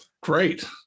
Great